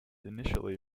initially